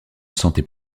sentais